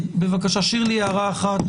שירלי אבנר הערה אחת,